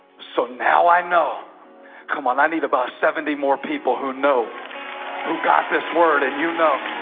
so now i know come on. i need about seventy more people who know who got this word and you know?